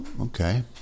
okay